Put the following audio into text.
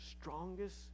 strongest